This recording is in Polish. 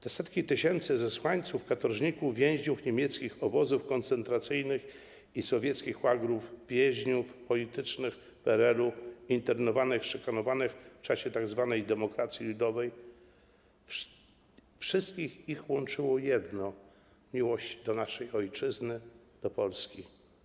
Te setki tysięcy zesłańców, katorżników, więźniów niemieckich obozów koncentracyjnych i sowieckich łagrów, więźniów politycznych PRL-u, internowanych, szykanowanych w czasie tzw. demokracji ludowej, wszystkich ich łączyło jedno - miłość do naszej ojczyzny, do Polski.